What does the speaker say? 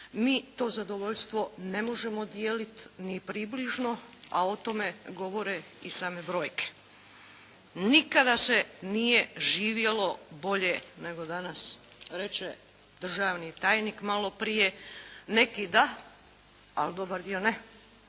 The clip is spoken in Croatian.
mi to zadovoljstvo ne možemo dijeliti ni približno, a o tome govore i same brojke. Nikada se nije živjelo bolje nego danas, reče državni tajnik maloprije. Neki da, ali dobar dio ne.